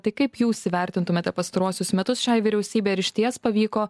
tai kaip jūs įvertintumėte pastaruosius metus šiai vyriausybei ar išties pavyko